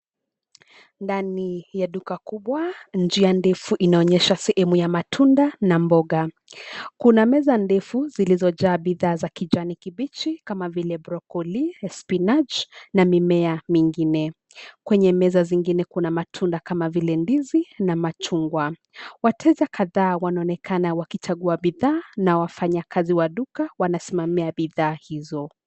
Ndani ya duka kubwa njia ndefu inaonyesha sehemu ya matunda na mboga, kuna meza ndefu zilizo jaa bidhaa za kijani kibichi kama vile brocolli spinach na mimea mingine. Kwenye meza zingine kuna matunda kama vile ndizi na machungwa wateja kadhaa wanaonekana wakichagua bidhaa na wafanya kazi wa duka wanasimamia bidhaa hizo.